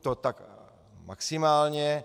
To tak maximálně.